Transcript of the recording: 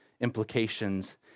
implications